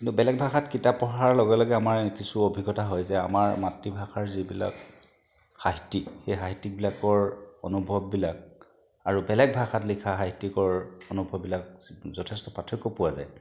কিন্তু বেলেগ ভাষাত কিতাপ পঢ়াৰ লগে লগে আমাৰ কিছু অভিজ্ঞতা হৈ যে আমাৰ মাতৃভাষাৰ যিবিলাক সাহিত্যিক সেই সাহিত্যিকবিলাকৰ অনুভৱবিলাক আৰু বেলেগ ভাষাত লিখা সাহিত্যিকৰ অনুভৱবিলাক যথেষ্ট পাৰ্থক্য পোৱা যায়